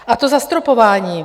A to zastropování.